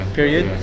period